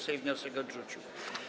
Sejm wniosek odrzucił.